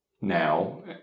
now